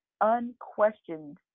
unquestioned